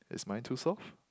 is mine too soft